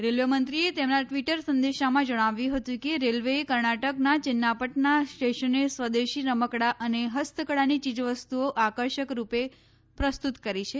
રેલવેમંત્રીએ તેમના ટ઼વીટર સંદેશામાં જણાવ્યું હતું કે રેલવેએ કર્ણાટકના ચેન્નાપટના સ્ટેશને સ્વદેશી રમકડાં અને હસ્તકળાની ચીજવસ્તુઓ આકર્ષકરૃપે પ્રસ્તુત કરી છે